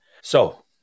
So-